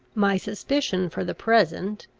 my suspicion, for the present,